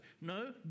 No